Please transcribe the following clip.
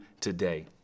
today